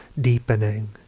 deepening